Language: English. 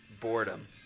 Boredom